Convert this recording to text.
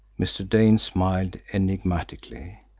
mr. dane smiled enigmatically.